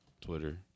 Twitter